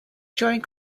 during